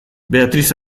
beatriz